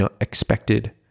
expected